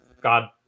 God